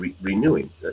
renewing